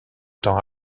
temps